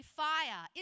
fire